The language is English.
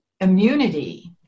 immunity